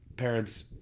parents